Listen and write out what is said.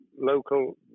local